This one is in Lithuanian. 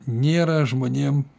nėra žmonėm